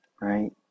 right